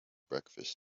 breakfast